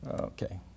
Okay